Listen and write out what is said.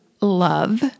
love